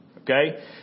okay